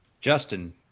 Justin